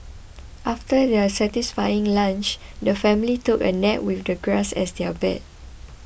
after their satisfying lunch the family took a nap with the grass as their bed